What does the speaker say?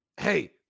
Hey